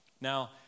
Now